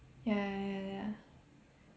ya ya ya ya